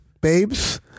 babes